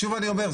שוב אני אומר,